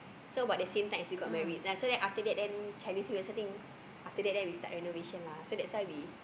so about the same time as we got married ya so that after that then Chinese New Year so I think after that then we start renovation lah so that's why we